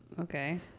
Okay